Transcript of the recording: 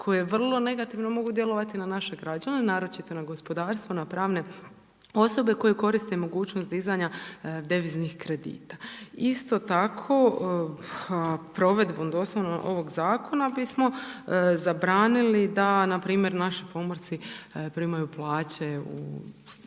koje vrlo negativno mogu djelovati na naše građane, naročito na gospodarstvo, na pravne osobe koje koriste mogućnost dizanja deviznih kredita. Isto tako, provedbom, doslovno ovog zakona bismo zabranili da npr. naši pomorci primaju plaće u stranoj